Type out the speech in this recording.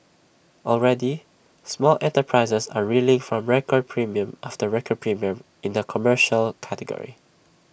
already small enterprises are reeling from record premium after record premium in the commercial category